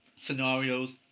scenarios